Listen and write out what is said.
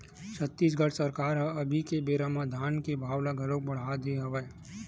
छत्तीसगढ़ सरकार ह अभी के बेरा म धान के भाव ल घलोक बड़हा दे हवय